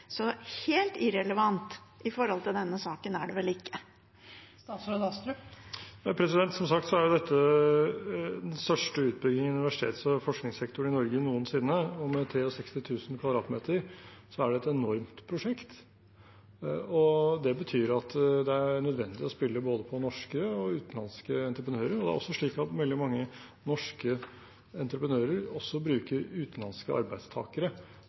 Så helt irrelevant i forhold til denne saken er det vel ikke. Som sagt er dette den største utbyggingen i universitets- og forskningssektoren i Norge noensinne, og med 63 000 m 2 er det et enormt prosjekt. Det betyr at det er nødvendig å spille på både norske og utenlandske entreprenører. Det er også slik at veldig mange norske entreprenører bruker utenlandske arbeidstakere